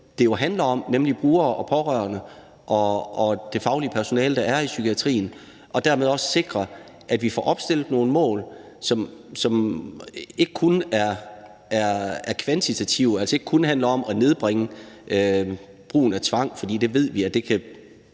jo handler om, nemlig brugerne, de pårørende og det faglige personale, der er i psykiatrien, og dermed også sikrer, at vi får opstillet nogle mål, som ikke kun er kvantitative, altså ikke kun handler om at nedbringe brugen af tvang, for vi ved, at brugen